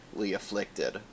afflicted